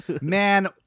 Man